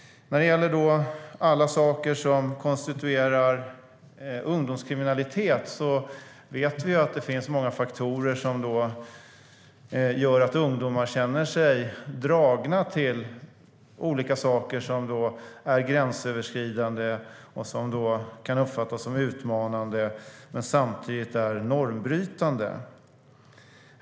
När det gäller ungdomskriminalitet vet vi att det finns många faktorer som gör att ungdomar känner sig dragna till sådant som är gränsöverskridande och kan uppfattas som utmanande men samtidigt är normbrytande.